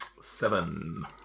Seven